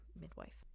midwife